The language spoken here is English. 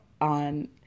on